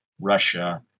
Russia